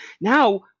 Now